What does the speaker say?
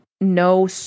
no